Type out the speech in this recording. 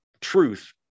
truth